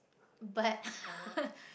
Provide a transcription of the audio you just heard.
but